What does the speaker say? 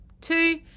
Two